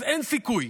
אז אין סיכוי,